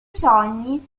sogni